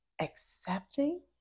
accepting